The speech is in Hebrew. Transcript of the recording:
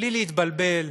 בלי להתבלבל